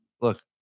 look